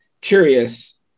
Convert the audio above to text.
curious